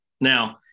now –